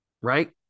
right